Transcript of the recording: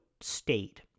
state